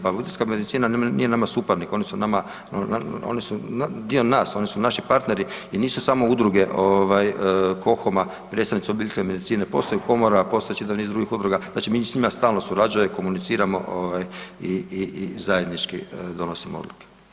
Pa obiteljska medicina nije nama suparnik, oni su nama oni su dio nas, oni su naši partneri i nisu samo udruge ovaj KoHOM-a predstavnici obiteljske medicine, postoji komora, postoji čitav niz drugih udruga, znači mi s njima stalno surađujemo i komuniciramo ovaj i, i zajednički donosimo odluke.